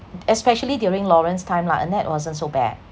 especially during lawrence time lah anette wasn't so bad